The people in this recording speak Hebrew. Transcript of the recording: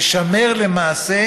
וישמר למעשה,